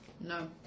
No